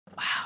Wow